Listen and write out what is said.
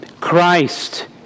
Christ